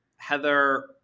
heather